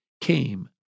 came